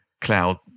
cloud